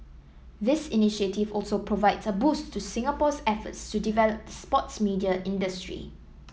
this initiative also provides a boost to Singapore's efforts to develop the sports media industry